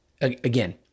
Again